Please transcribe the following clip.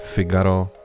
Figaro